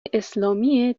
اسلامی